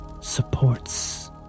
supports